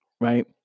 Right